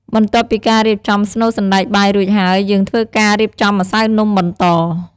បន្ទាប់ពីការរៀបចំស្នូលសណ្ដែកបាយរួចហើយ យើងធ្វើការរៀបចំម្សៅនំបន្ត។